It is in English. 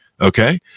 Okay